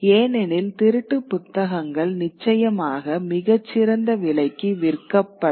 ஏனெனில் திருட்டு புத்தகங்கள் நிச்சயமாக மிகச் சிறந்த விலைக்கு விற்கப்படும்